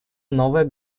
новое